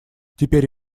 теперь